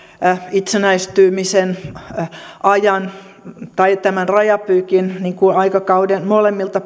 itsenäistymisen ajan tai tämän rajapyykin aikakauden molemmilta